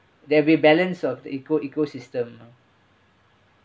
there'll be balance of the eco ecosystem